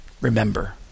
remember